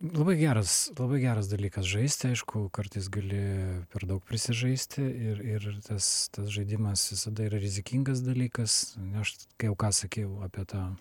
labai geras labai geras dalykas žaisti aišku kartais gali per daug prisižaisti ir ir ir tas tas žaidimas visada yra rizikingas dalykas nes jau ką sakiau apie tą